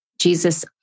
Jesus